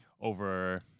over